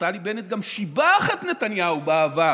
נפתלי בנט גם שיבח את נתניהו בעבר